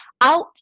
Out